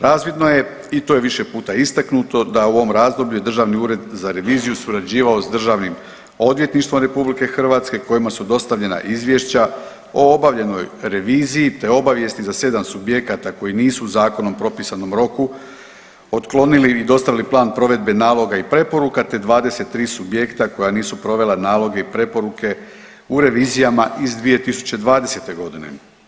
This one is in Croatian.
Razvidno je i to je više puta istaknuto da u ovom razdoblju je državni ured za reviziju surađivao s Državnim odvjetništvom RH kojima su dostavljena izvješća o obavljenoj reviziji, te obavijesti za 7 subjekata koji nisu u zakonom propisanom roku otklonili i dostavili plan provedbe naloga i preporuka, te 23 subjekta koja nisu provela naloge i preporuke u revizijama iz 2020.g.